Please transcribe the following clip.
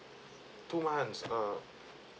two months uh